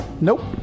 nope